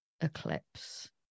eclipse